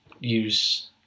use